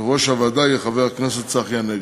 יושב-ראש הוועדה יהיה חבר הכנסת צחי הנגבי.